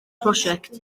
prosiect